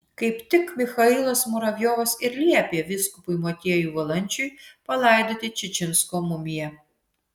kaip tik michailas muravjovas ir liepė vyskupui motiejui valančiui palaidoti čičinsko mumiją